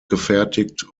gefertigt